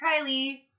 Kylie